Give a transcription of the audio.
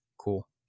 Cool